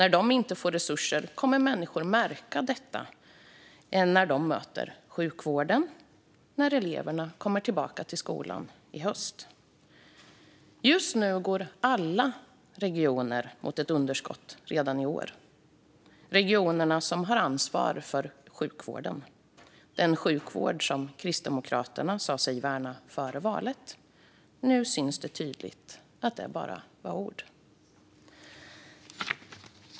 När de inte får resurser kommer människor att märka det när de möter sjukvården eller när eleverna kommer tillbaka till skolan i höst. Just nu går alla regioner mot ett underskott redan i år. Det är ju regionerna som har ansvar för sjukvården - den sjukvård som Kristdemokraterna sa sig värna före valet. Nu syns det tydligt att det bara var ord.